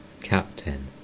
Captain